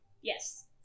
yes